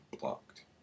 blocked